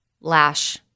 lash